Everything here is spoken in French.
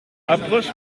approche